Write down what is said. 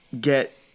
get